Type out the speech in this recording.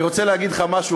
אני רוצה להגיד לך משהו,